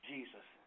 Jesus